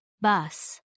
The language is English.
bus